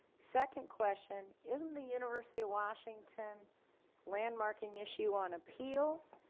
second question isn't the university of washington landmarking issue on appeal?